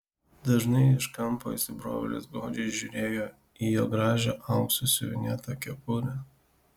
dažnai iš kampo įsibrovėlis godžiai žiūrėjo į jo gražią auksu siuvinėtą kepurę